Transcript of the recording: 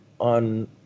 on